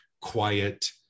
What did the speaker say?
quiet